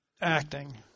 acting